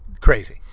crazy